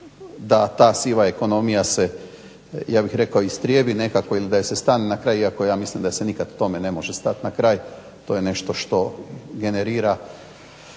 da ta siva ekonomija se ja bih rekao istrijebi nekako ili da joj se stane na kraj, iako ja mislim da se nikad tome ne može stati na kraj, to je nešto što generira